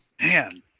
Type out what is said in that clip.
Man